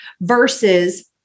versus